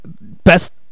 best